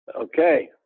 Okay